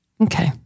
Okay